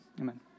Amen